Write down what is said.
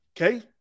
Okay